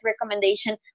recommendation